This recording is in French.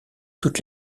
toutes